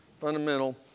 fundamental